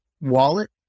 wallet